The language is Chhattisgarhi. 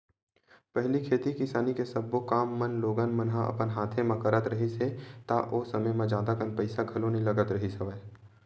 पहिली खेती किसानी के सब्बो काम मन लोगन मन ह अपन हाथे म करत रिहिस हे ता ओ समे म जादा कन पइसा घलो नइ लगत रिहिस हवय